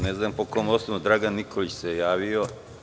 Ne znam po kom osnovu, Dragan Nikolić se javio.